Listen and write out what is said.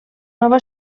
nova